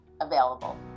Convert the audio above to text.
available